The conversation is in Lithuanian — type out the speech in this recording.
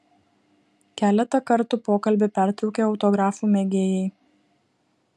keletą kartų pokalbį pertraukė autografų mėgėjai